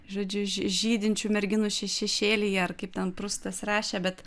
žodžiu žy žydinčių merginų še šešėlyje ar kaip ten prustas rašė bet